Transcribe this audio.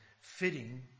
fitting